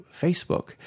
Facebook